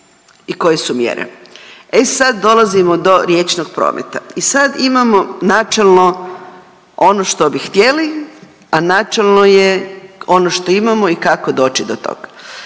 i koje su mjere. E sad dolazimo do riječnog prometa i sad imamo načelno ono što bi htjeli, a načelni je ono što imamo i kako doći do toga.